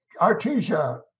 Artesia